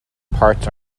parts